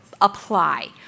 apply